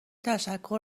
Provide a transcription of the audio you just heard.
تشکر